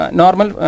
normal